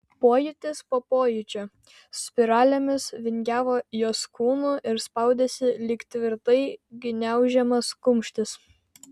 pojūtis po pojūčio spiralėmis vingiavo jos kūnu ir spaudėsi lyg tvirtai gniaužiamas kumštis